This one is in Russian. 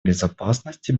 безопасности